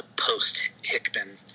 post-Hickman